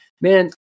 man